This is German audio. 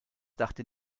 dachte